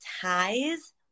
ties